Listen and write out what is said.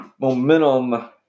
momentum